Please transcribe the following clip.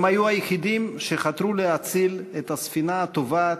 הם היו היחידים שחתרו להציל את הספינה הטובעת,